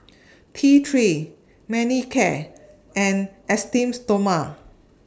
T three Manicare and Esteem Stoma